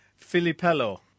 Filipello